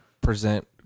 present